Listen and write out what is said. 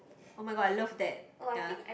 oh-my-god I loved that ya